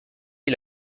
est